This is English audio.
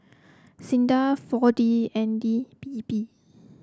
SINDA four D and D P P